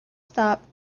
stopped